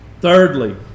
Thirdly